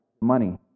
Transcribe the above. money